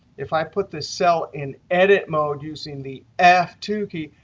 if i put this cell in edit mode using the f two key,